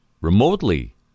remotely